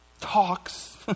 talks